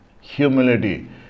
humility